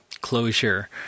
closure